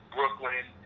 Brooklyn